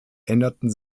änderten